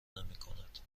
نمیکند